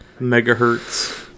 megahertz